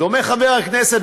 דומה חבר הכנסת,